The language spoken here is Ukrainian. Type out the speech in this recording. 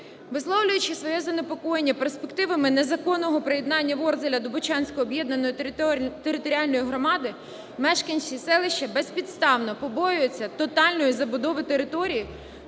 Висловлюючи своє занепокоєння перспективами незаконного приєднання Ворзеля доБучанської об'єднаної територіальної громади, мешканці селища безпідставно побоюються тотальної забудови територій